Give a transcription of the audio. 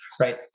right